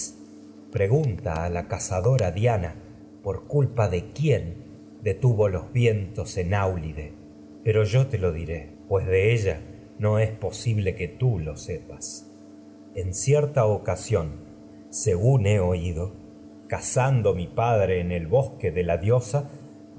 pregunta los a la cazadora diana por culpa de quién en detuvo de ella vientos áulide tii lo mi pero yo te lo diré pues no es posible que sepas en cierta ocasión el según he oído cazando con sus padre un en bosque y de la diosa